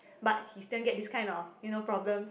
but he still get this kind of you know problems